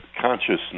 consciousness